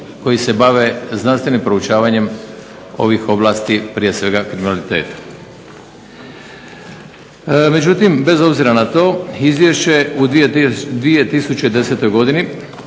koji se bave znanstvenim proučavanjem ovih ovlasti, prije svega kriminaliteta. Međutim bez obzira na to izvješće u 2010. godini